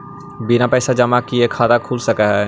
बिना पैसा जमा किए खाता खुल सक है?